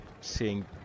...seeing